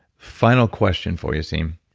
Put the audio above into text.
final question for you siim.